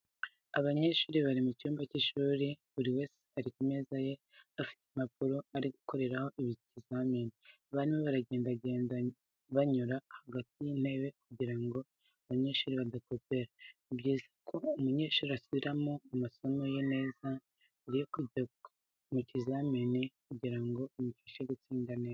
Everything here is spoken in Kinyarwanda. Abanyeshuri bari mu cyumba cy'ishuri buri wese ari ku meza ye afite impapuro ari gukoreraho ikizamini abarimu baragendagenda banyura hagati y'itebe kugirango abanyeshuri badakopera. Ni byiza ko umunyeshuri asubiramo amasomo ye neza mbere yo kujya mu kizamini kugira ngo bimufashe gutsinda neza.